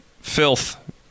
Filth